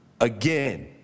again